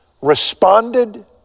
responded